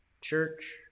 church